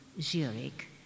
Zurich